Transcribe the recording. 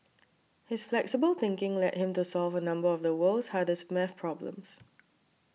his flexible thinking led him to solve a number of the world's hardest math problems